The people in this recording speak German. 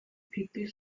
pickel